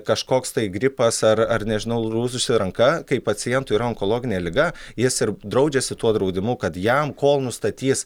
kažkoks tai gripas ar ar nežinau lūžusi ranka kai pacientui yra onkologinė liga jis ir draudžiasi tuo draudimu kad jam kol nustatys